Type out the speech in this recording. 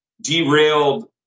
derailed